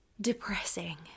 depressing